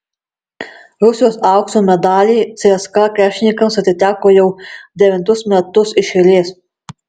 rusijos aukso medaliai cska krepšininkams atiteko jau devintus metus iš eilės